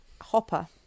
Hopper